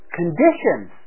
conditions